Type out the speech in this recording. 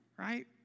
right